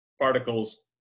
particles